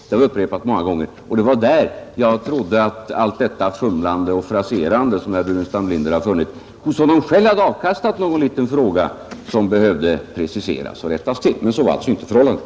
Det har vi upprepat många gånger, och det var där jag trodde att allt detta fumlande och fraserande, som herr Burenstam Linder har funnit, hos honom själv hade avkastat någon liten fråga om saker som behövde preciseras och rättas till. Men så var ju inte förhållandet.